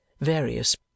various